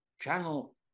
Channel